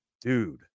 dude